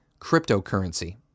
cryptocurrency